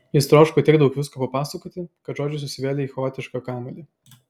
jis troško tiek daug visko papasakoti kad žodžiai susivėlė į chaotišką kamuolį